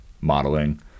modeling